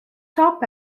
top